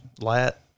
lat